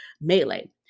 melee